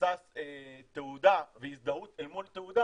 מבוסס תעודה והזדהות אל מול תעודה,